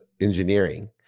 engineering